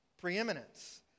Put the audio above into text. preeminence